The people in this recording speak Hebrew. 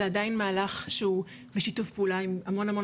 זה עדיין מהלך שהוא בשיתוף פעולה עם המון המון